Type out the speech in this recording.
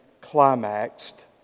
climaxed